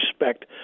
respect